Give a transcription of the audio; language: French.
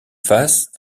fasse